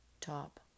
top